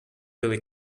billy